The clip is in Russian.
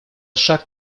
шаг